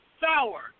sour